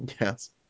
Yes